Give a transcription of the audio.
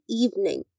evening